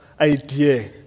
idea